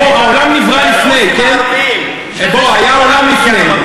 העולם נברא לפני, היה עולם לפני.